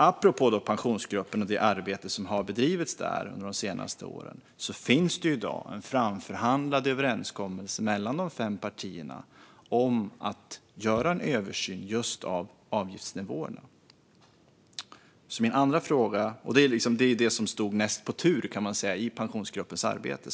Apropå Pensionsgruppen och det arbete som har bedrivits där under de senaste åren finns det i dag en framförhandlad överenskommelse mellan de fem partierna om att göra en översyn av avgiftsnivåerna. Det var detta som stod näst på tur i Pensionsgruppens arbete.